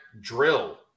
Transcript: drill